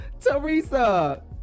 Teresa